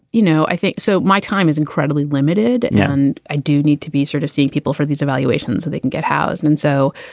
you know, i think so. my time is incredibly limited. and i do need to be sort of seeing people for these evaluations so they can get housed. and so,